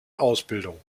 ausbildung